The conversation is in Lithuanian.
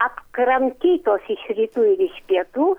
apkramtytos iš rytų ir iš pietų